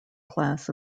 class